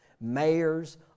Mayors